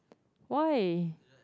why